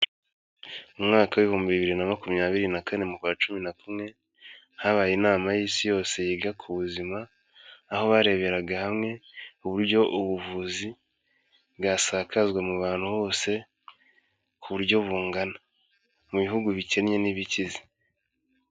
Mu mwaka w'ibihumbi bibiri na makumyabiri na kane, mukwa cumi na kumwe, habaye inama y'isi yose yiga ku buzima, aho bareberaga hamwe uburyo ubuvuzi bwasakazwa mu bantu hose, ku buryo bungana, mu bihugu bikennye n'ibikize.